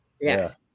Yes